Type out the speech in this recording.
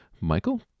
Michael